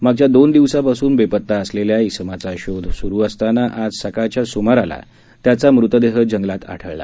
मागच्या दोन दिवसांपासून बेपत्ता असलेल्या इसमाचा शोध सुरू असताना आज सकाळच्या सुमाराला त्याचा मृतदेह जंगलात आढळला